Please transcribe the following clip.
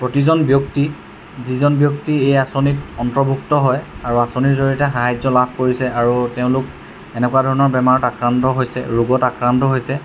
প্ৰতিজন ব্যক্তি যিজন ব্যক্তি এই আঁচনিত অন্তৰ্ভুক্ত হয় আৰু আঁচনিৰ জৰিয়তে সাহাৰ্য লাভ কৰিছে আৰু তেওঁলোক এনেকুৱা ধৰণৰ বেমাৰত আক্ৰান্ত হৈছে ৰোগত আক্ৰান্ত হৈছে